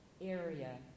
area